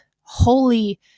holy